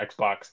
Xbox